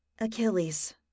Achilles